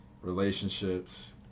relationships